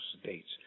states